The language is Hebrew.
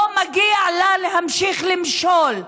לא מגיע להם להמשיך למשול.